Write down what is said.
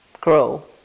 grow